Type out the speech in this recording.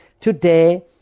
Today